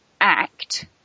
act